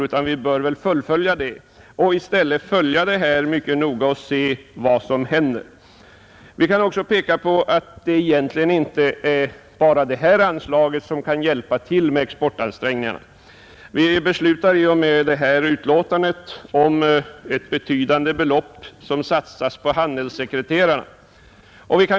I stället bör vi fullfölja riksdagens beslut, noggrant iaktta utvecklingen och se vad som händer. Vi bör också uppmärksamma att det inte bara är genom detta anslag som vi hjälper till i exportansträngningarna. Vi beslutar i och med det här betänkandet att ett betydande belopp skall satsas på handelssekreterarna.